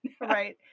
Right